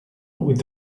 with